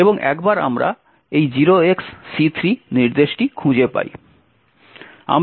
এবং একবার আমরা এই 0xC3 নির্দেশটি খুঁজে পাই